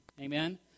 amen